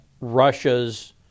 Russia's